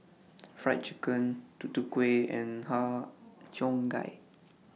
Fried Chicken Tutu Kueh and Har Cheong Gai